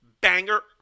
banger